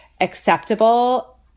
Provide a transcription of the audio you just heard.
acceptable